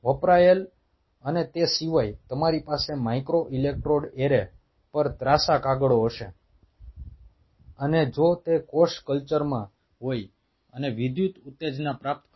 વપરાયેલ અને તે સિવાય તમારી પાસે માઇક્રો ઇલેક્ટ્રોડ એરે પર ત્રાંસા કાગળો હશે અને જો તે કોષ કલ્ચરમાં હોય અને વિદ્યુત ઉત્તેજના પ્રાપ્ત કરે